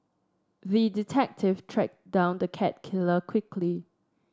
the detective tracked down the cat killer quickly